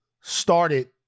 started